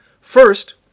First